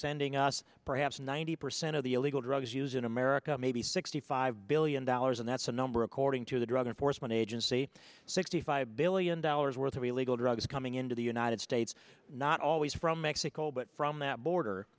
sending us perhaps ninety percent of the illegal drugs use in america maybe sixty five billion dollars and that's a number according to the drug enforcement agency sixty five billion dollars worth of illegal drugs coming into the united states not always from mexico but from that border